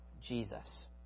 Jesus